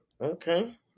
okay